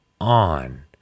on